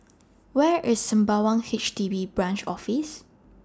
Where IS Sembawang H D B Branch Office